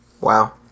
Wow